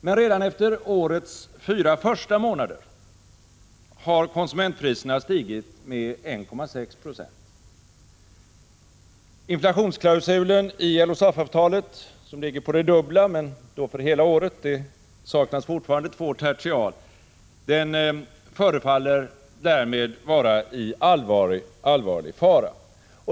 Men redan efter årets fyra första månader har konsumentpriserna stigit med 1,6 2e. Inflationsklausulen i LO/SAF-avtalet — som ligger på det dubbla på helår; det saknas fortfarande två tertial — förefaller därmed vara i allvarlig fara.